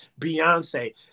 Beyonce